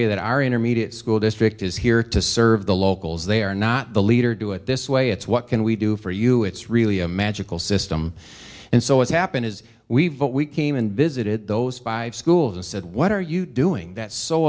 you that our intermediate school district is here to serve the locals they are not the leader do it this way it's what can we do for you it's really a magical system and so what's happened is we've what we came and visited those five schools and said what are you doing that's so